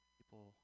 People